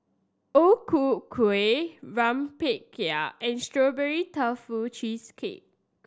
O Ku Kueh rempeyek and Strawberry Tofu Cheesecake